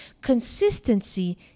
consistency